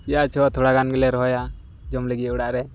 ᱯᱤᱭᱟᱡᱽᱦᱚ ᱛᱷᱚᱲᱟᱜᱟᱱ ᱜᱮ ᱞᱮ ᱨᱚᱦᱚᱭᱟ ᱡᱚᱢ ᱞᱤᱜᱤᱫ ᱚᱲᱟᱜᱨᱮ